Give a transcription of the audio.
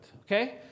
Okay